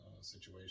situation